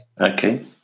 Okay